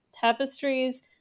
tapestries